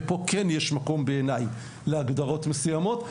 ופה כן יש בעיניי מקום להגדרות מסוימות,